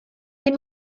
bydd